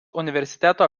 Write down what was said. universiteto